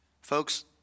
Folks